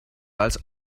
als